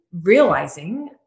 realizing